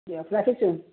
দিয়ক ৰাখিছোঁ